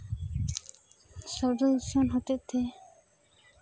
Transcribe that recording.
ᱥᱚᱵᱫᱚ ᱫᱩᱥᱚᱱ ᱦᱚᱛᱮᱡ ᱛᱮ